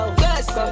yes